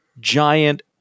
giant